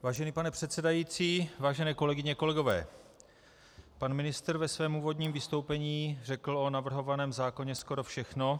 Vážený pane předsedající, vážené kolegyně, kolegové, pan ministr ve svém úvodním vystoupení řekl o navrhovaném zákoně skoro všechno.